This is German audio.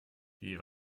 die